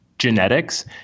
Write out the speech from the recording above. Genetics